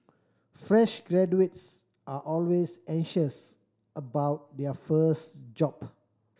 fresh graduates are always anxious about their first job